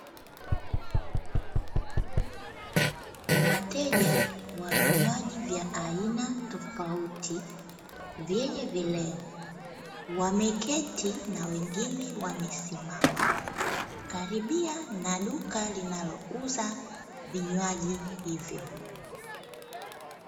Wateja wa vinywaji vya aina tofauti vyenye vileo, wameketi na wengine wamesimama karibia na duka linalouza vinywaji hivyo.